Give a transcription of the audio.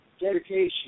dedication